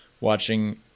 watching